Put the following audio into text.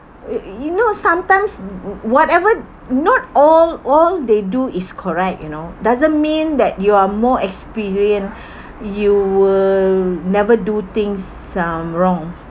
you you know sometimes mm what ever not all all they do is correct you know doesn't mean that you are more experience you will never do things um wrong